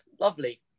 lovely